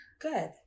Good